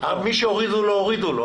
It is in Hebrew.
מי שהורידו לו, הורידו לו.